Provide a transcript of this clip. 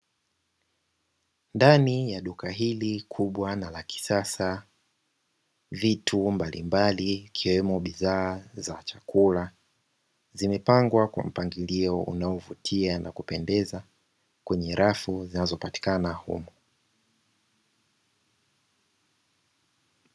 Ndani ya duka hili kubwa na la kisasa, vitu mbalimbali ikiwemo bidhaa za chakula, zimepangwa kwa mpangilio unaovutia na kupendeza kwenye rafu zinazopatikana humo.